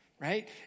right